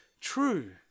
true